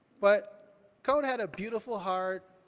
but cone had a beautiful heart,